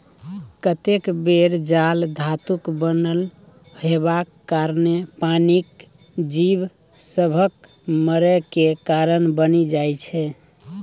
कतेक बेर जाल धातुक बनल हेबाक कारणेँ पानिक जीब सभक मरय केर कारण बनि जाइ छै